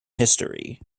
history